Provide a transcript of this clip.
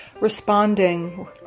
responding